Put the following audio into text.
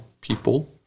people